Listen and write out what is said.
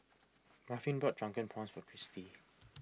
Ruffin bought Drunken Prawns for Cristy